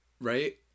right